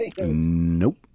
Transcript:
Nope